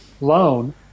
loan